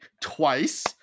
twice